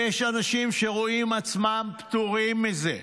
ויש אנשים שרואים עצמם פטורים מזה.